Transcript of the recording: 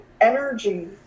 energy